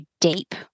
deep